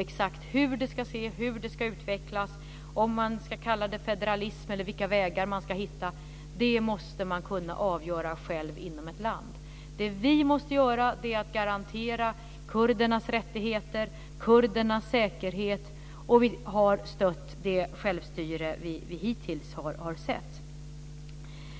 Exakt hur det ska se ut, hur det ska utvecklas, om man ska kalla det federalism eller vilka vägar man ska hitta måste man kunna avgöra själv inom ett land. Det vi måste göra är att garantera kurdernas rättigheter och kurdernas säkerhet, och vi har stött det självstyre vi hittills har sett.